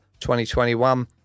2021